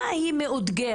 במה היא מאותגרת,